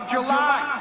July